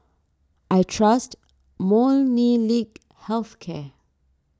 I trust Molnylcke Health Care